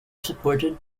supported